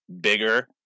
bigger